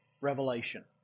revelation